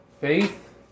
Faith